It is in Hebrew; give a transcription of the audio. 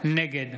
נגד